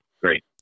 Great